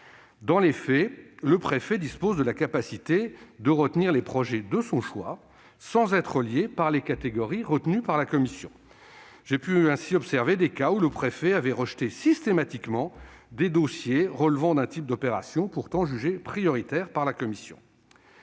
Dans les faits, le préfet dispose de la capacité de retenir les projets de son choix sans être lié par les catégories retenues par la commission. J'ai pu ainsi observer des cas où le préfet a rejeté systématiquement les dossiers relevant d'un type d'opérations jugé pourtant prioritaire par la commission.